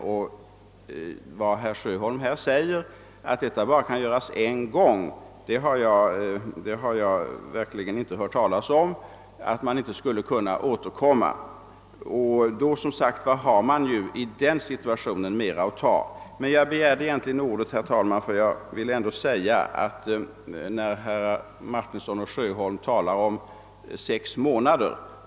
Herr Sjöholm säger att detta bara kan göras en gång och att man inte skulle kunna återkomma. Det har jag verkligen inte hört talas om. I den situationen har man ju mera att ta. Jag begärde emellertid ordet, herr talman, med anledning av att herr Martinsson och herr Sjöholm här talar om sex månader.